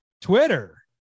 Twitter